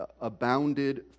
abounded